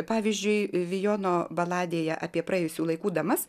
pavyzdžiui vijono baladėje apie praėjusių laikų damas